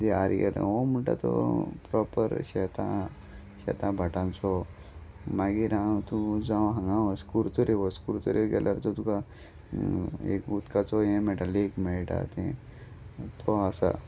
त आर गेलो हो म्हणटा तो प्रोपर शेतां शेतां भाटांचो मागीर हांव तूं जावं हांगा असो कुरतरे वस कुरतरे गेल्यार तर तुका एक उदकाचो हें मेळटा लेक मेळटा थंय तो आसा